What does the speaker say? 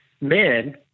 men